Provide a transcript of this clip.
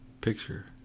picture